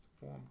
form